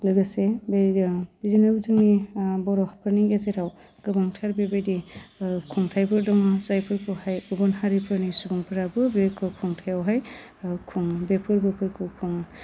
लोगोसे जोंनि बर'फोरनि गेजेराव गोबांथार बेबायदि खुंथाइबो दं जायफोरखौहाय गुबुन हारिफोरनि सुबुंफ्राबो बे खुंथाइयावहाय खुङो बे फोरबोफोरखौ खुङो